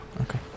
Okay